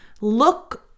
look